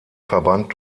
verband